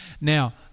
now